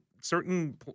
certain